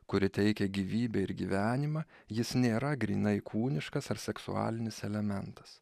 kuri teikia gyvybę ir gyvenimą jis nėra grynai kūniškas ar seksualinis elementas